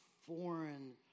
foreign